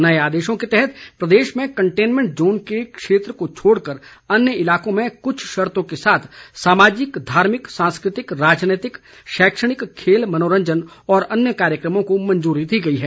नए आदेशों के तहत प्रदेश में कन्टेनमेंट जोन के क्षेत्रों को छोड़कर अन्य इलाकों में कुछ शर्तों के साथ सामाजिक धार्मिक सांस्कृतिक राजनीतिक शैक्षिक खेल मनोरंजन और अन्य कार्यक्रमों को मंजूरी दी गई है